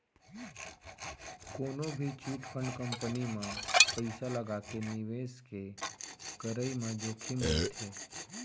कोनो भी chit fund company म पइसा लगाके निवेस के करई म जोखिम रहिथे